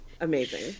Amazing